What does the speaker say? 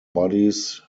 bodies